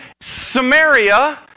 Samaria